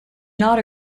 not